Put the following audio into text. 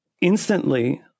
Instantly